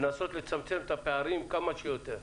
כדי לנסות לצמצם את הפערים כמה שיותר.